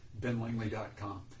benlangley.com